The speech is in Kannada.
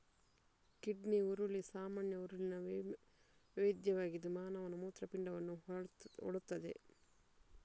ಕಿಡ್ನಿ ಹುರುಳಿ ಸಾಮಾನ್ಯ ಹುರುಳಿನ ವೈವಿಧ್ಯವಾಗಿದ್ದು ಮಾನವನ ಮೂತ್ರಪಿಂಡವನ್ನು ಹೋಲುತ್ತದೆ